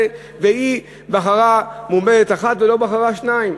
והיא בחרה מועמדת אחת ולא בחרה שתיים.